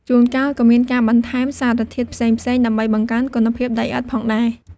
ជួនកាលក៏មានការបន្ថែមសារធាតុផ្សេងៗដើម្បីបង្កើនគុណភាពដីឥដ្ឋផងដែរ។